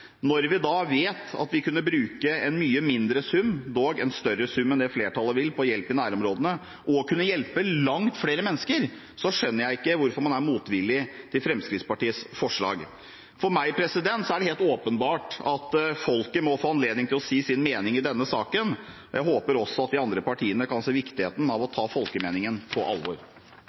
Når vi da vet at vi kunne bruke en mye mindre sum, dog en større sum enn det flertallet vil, på hjelp i nærområdene og kunne hjelpe langt flere mennesker, skjønner jeg ikke hvorfor man er motvillig til Fremskrittspartiets forslag. For meg er det helt åpenbart at folket må få anledning til å si sin mening i denne saken, og jeg håper også at de andre partiene kan se viktigheten av å